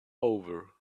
over